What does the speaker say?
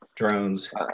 drones